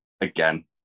Again